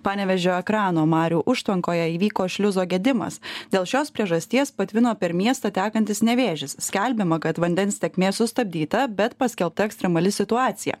panevėžio ekrano marių užtvankoje įvyko šliuzo gedimas dėl šios priežasties patvino per miestą tekantis nevėžis skelbiama kad vandens tėkmė sustabdyta bet paskelbta ekstremali situacija